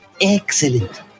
excellent